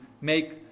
make